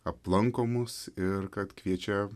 aplanko mus ir kad kviečia